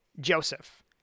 Joseph